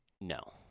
No